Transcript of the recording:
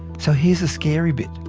so here's the scary bit.